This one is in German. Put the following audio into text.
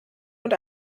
und